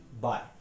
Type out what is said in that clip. Bye